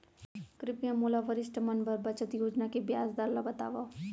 कृपया मोला वरिष्ठ मन बर बचत योजना के ब्याज दर ला बतावव